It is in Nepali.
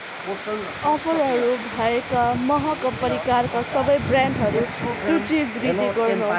अफरहरू भएका महका परिकारका सबै ब्रान्डहरू सूचीबद्ध गर्नुहोस्